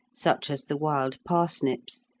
such as the wild parsnips,